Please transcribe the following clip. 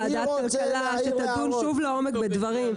בוועדת הכלכלה ונדון שוב בדברים לעומק.